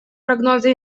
прогнозы